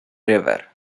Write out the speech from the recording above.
river